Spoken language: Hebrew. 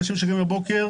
מאנשים שקמים בבוקר,